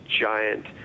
giant